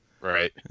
Right